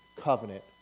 covenant